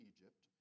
Egypt